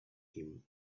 him